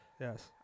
Yes